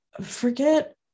forget